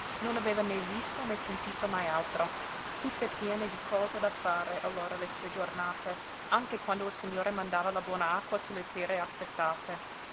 non aveva né visto né sentito mai altro tutte piene di cose da fare allora le sue giornate anche quando il signore mandava la buona acqua sulle terre assetate